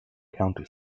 county